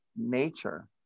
nature